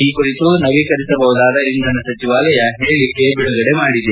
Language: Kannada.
ಈ ಕುರಿತು ನವೀಕರಿಸಬಹುದಾದ ಇಂಧನ ಸಚಿವಾಲಯ ಹೇಳಿಕೆ ಬಿಡುಗಡೆ ಮಾಡಿದೆ